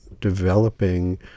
developing